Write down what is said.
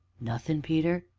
nothin', peter?